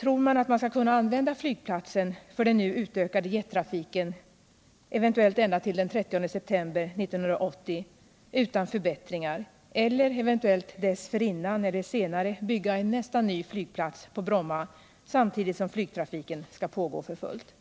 Tror man att man skall kunna använda flygplatsen för den nu utökade jettrafiken eventuellt ända till den 30 september 1980 utan förbättringar, eller att det eventuellt dessförinnan eller senare skall vara möjligt att bygga en nästan ny flygplats på Bromma samtidigt som flygtrafiken pågår för fullt?